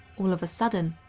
all of a sudden,